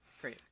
Great